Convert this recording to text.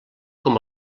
com